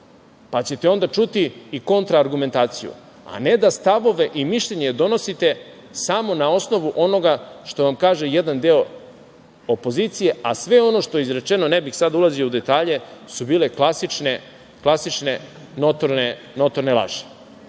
pa ćete onda čuti i kontra argumentaciju, a ne da stavove i mišljenja donosite samo na osnovu onoga što vam kažem jedan deo opozicije, a sve ono što je izrečeno, ne bih sada ulazio u detalje, su bile klasične notorne laži. Što